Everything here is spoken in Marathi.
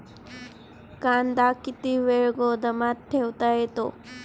कांदा किती वेळ गोदामात ठेवता येतो?